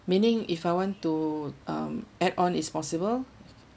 meaning if I want to um add on is possible